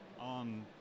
on